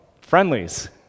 friendlies